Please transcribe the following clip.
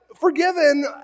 forgiven